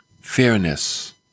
Fairness